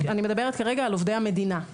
אני מדברת כרגע על עובדי המדינה.